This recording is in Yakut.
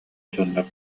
дьон